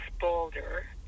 boulder